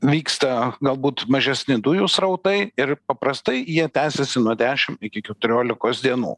vyksta galbūt mažesni dujų srautai ir paprastai jie tęsiasi nuo dešim iki keturiolikos dienų